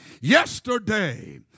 yesterday